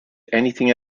anything